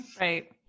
right